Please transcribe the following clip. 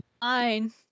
Fine